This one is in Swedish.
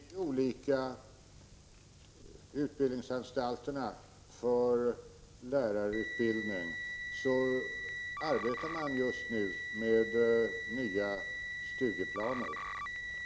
Fru talman! Vid de olika utbildningsanstalterna för lärarutbildning arbetar man just nu med nya studieplaner.